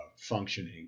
functioning